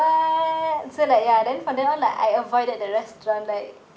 so like ya then from that on like I avoided the restaurant like